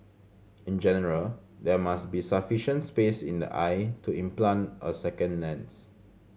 in general there must be sufficient space in the eye to implant a second lens